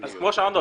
אז כמו שאמרנו,